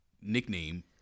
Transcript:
nickname